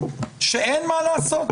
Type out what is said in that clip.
שאין מה לעשות,